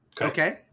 okay